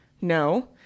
No